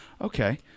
Okay